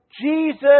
Jesus